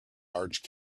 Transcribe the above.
large